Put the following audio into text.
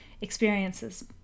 experiences